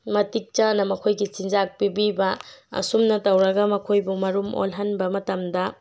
ꯃꯇꯤꯛ ꯆꯥꯅ ꯃꯈꯣꯏꯒꯤ ꯆꯤꯟꯖꯥꯛ ꯄꯤꯕꯤꯕ ꯑꯁꯨꯝꯅ ꯇꯧꯔꯒ ꯃꯈꯣꯏꯕꯨ ꯃꯔꯨꯝ ꯑꯣꯜꯍꯟꯕ ꯃꯇꯝꯗ